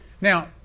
Now